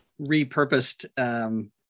repurposed